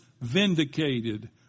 vindicated